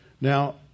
Now